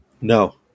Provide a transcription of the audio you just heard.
No